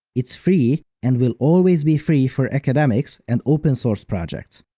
it's free and will always be free for academics and open source projects.